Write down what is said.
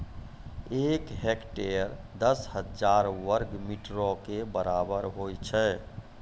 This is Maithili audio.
एक हेक्टेयर, दस हजार वर्ग मीटरो के बराबर होय छै